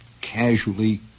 casually